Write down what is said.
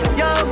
yo